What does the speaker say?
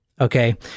Okay